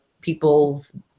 people's